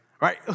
Right